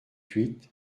huit